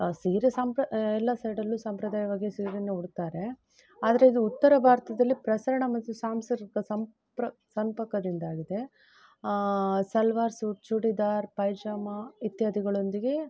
ಸೀರೆ ಸಂಪ್ರ ಎಲ್ಲ ಸೈಡಲ್ಲೂ ಸಂಪ್ರದಾಯವಾಗಿ ಸೀರೆಯನ್ನು ಉಡ್ತಾರೆ ಆದರೆ ಇದು ಉತ್ತರ ಭಾರತದಲ್ಲಿ ಪ್ರಸರಣ ಮತ್ತು ಸಾಂಸ್ಕೃತಿಕ ಸಂಪ್ರ ಸಂಪರ್ಕದಿಂದಾಗಿದೆ ಸಲ್ವಾರ್ ಸೂಟ್ ಚೂಡಿದಾರ್ ಪೈಜಾಮ ಇತ್ಯಾದಿಗಳೊಂದಿಗೆ